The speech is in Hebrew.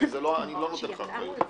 אני לא נותן לך אחריות.